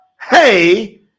Hey